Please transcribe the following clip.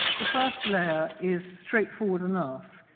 the first layer is straightforward enough.